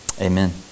Amen